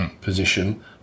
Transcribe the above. position